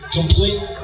complete